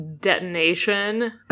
detonation